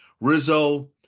Rizzo